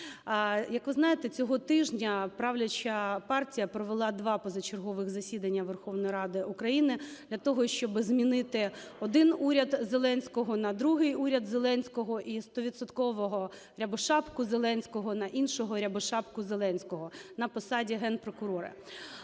Як ви знаєте, цього тижня правляча партія провела два позачергових засідання Верховної Ради України для того, щоб змінити один уряд Зеленського на другий уряд Зеленського, і стовідсоткового Рябошапку Зеленського на іншого Рябошапку Зеленського на посаді Генпрокурора.